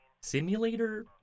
Simulator